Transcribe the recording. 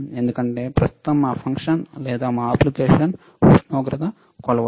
ఎందుకంటే ప్రస్తుతం మా ఫంక్షన్ లేదా మా అప్లికేషన్ ఉష్ణోగ్రత కొలవడం